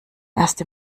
erst